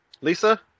Lisa